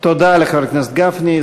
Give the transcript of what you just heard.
תודה לחבר הכנסת גפני.